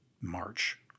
March